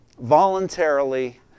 voluntarily